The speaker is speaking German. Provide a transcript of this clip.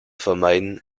vermeiden